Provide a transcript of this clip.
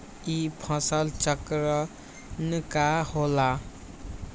ई फसल चक्रण का होला?